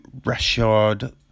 Rashard